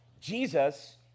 Jesus